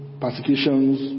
persecutions